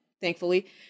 thankfully